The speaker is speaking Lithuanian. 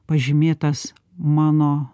pažymėtas mano